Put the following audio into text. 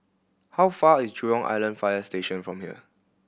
how far is Jurong Island Fire Station from here